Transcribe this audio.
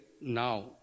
now